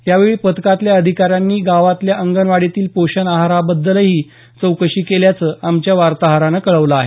यावेळी पथकातल्या अधिकाऱ्यांनी गावातल्या अंगणवाडीतील पोषण आहाराबाबतही चौकशी केल्याचं आमच्या वार्ताहरानं कळवलं आहे